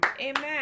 Amen